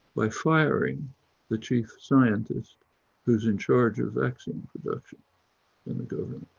by firing the chief scientist who's in charge of vaccine production in the government.